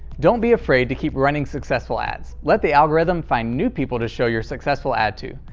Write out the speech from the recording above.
don't be afraid to keep running successful ads let the algorithm find new people to show your successful ad to.